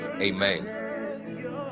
amen